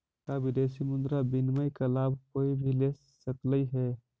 का विदेशी मुद्रा विनिमय का लाभ कोई भी ले सकलई हे?